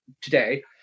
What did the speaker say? today